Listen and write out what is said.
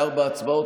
לארבע הצבעות.